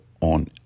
on